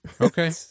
Okay